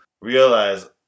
realize